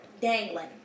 dangling